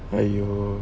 !aiyo!